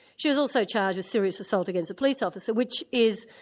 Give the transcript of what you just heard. she was also charged with serious assault against a police officer, which is,